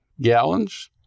gallons